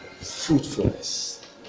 fruitfulness